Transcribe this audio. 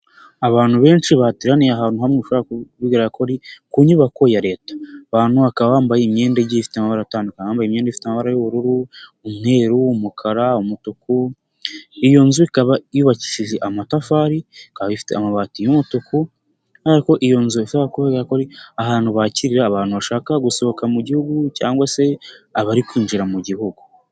Abantu benshi bateraniye ahantu hamwe bishobora kuba bigaragarako ku nyubako ya leta, abantu bakaba bambaye imyenda igiye ifite amabara atandukanye abambaye imyenda ifite amabara y'ubururu, umweru, umukara, umutuku. Iyonzu ikaba yubakishije amatafari, ikaba ifite amabati y'umutuku ariko iyonzu bishobora kuba bigaragarako ari ahantu bakirira abantu bashaka gusohoka mu igihugu cyangwase abari kwinjira mu igihugu.